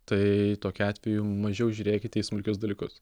tai tokiu atveju mažiau žiūrėkite į smulkius dalykus